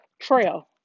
trail